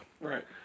Right